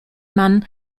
man